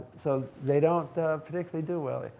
so they don't predictably do well, there.